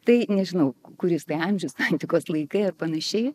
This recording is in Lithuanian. tai nežinau kuris tai amžius antikos laikai ir panašiai